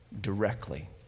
directly